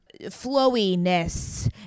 flowiness